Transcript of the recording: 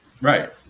Right